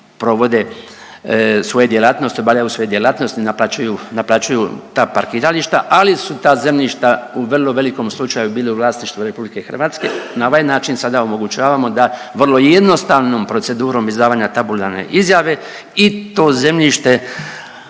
provode svoje djelatnosti, obavljaju svoje djelatnosti, naplaćuju ta parkirališta, ali su ta zemljišta u vrlo velikom slučaju biti u vlasništvu RH. Na ovaj način sada omogućavamo da vrlo jednostavnom procedurom izdavanja tabularne izjave i to zemljište